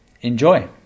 enjoy